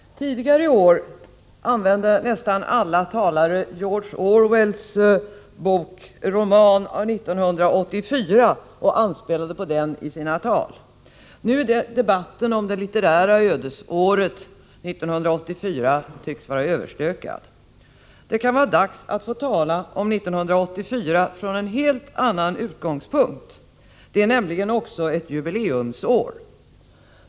Herr talman! Tidigare i år anspelade nästan alla talare på George Orwells roman 1984. Nu är debatten om det litterära ödesåret 1984 överstökad. Det kan vara dags att tala om 1984 från en helt annan utgångspunkt. 1984 är nämligen också ett jubileumsår.